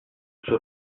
soit